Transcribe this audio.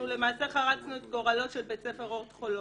למעשה חרצנו את גורלו של בית ספר אורט חולון.